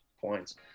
points